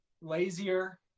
lazier